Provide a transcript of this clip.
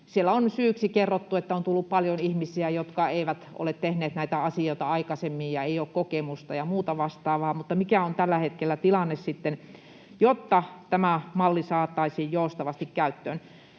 Siellä on syyksi kerrottu, että on tullut paljon ihmisiä, jotka eivät ole tehneet näitä asioita aikaisemmin ja joilla ei ole kokemusta, ja muuta vastaavaa. Mikä on tällä hetkellä tilanne, miten tämä malli saataisiin joustavasti käyttöön?